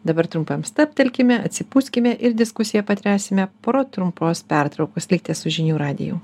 dabar trumpam stabtelkime atsipūskime ir diskusiją pratęsime po trumpos pertraukos likite su žinių radiju